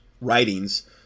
writings